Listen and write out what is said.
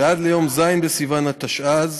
ועד ליום ז' בסיוון התשע"ז,